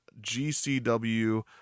GCW